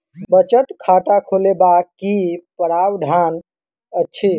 बचत खाता खोलेबाक की प्रावधान अछि?